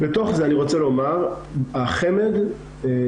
בתוך זה אני רוצה לומר החמ"ד כציבור